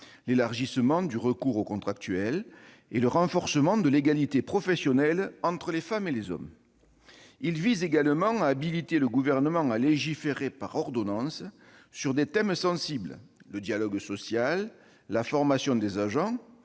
l'élargissement du recours aux contractuels ; le renforcement de l'égalité professionnelle entre les femmes et les hommes. Il vise également à habiliter le Gouvernement à légiférer par ordonnances sur des thèmes sensibles : le dialogue social, la formation des agents,